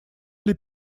для